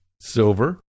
silver